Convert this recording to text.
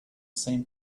same